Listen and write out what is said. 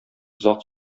озак